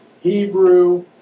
Hebrew